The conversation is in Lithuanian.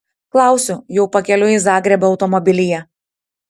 klausiu jau pakeliui į zagrebą automobilyje